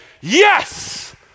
yes